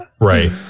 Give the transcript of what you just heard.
right